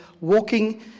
Walking